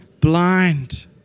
blind